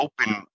open